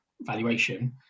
valuation